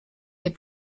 les